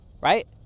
Right